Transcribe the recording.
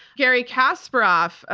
gary kasparov,